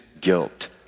guilt